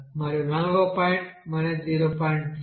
1 మరియు నాల్గవ పాయింట్ 0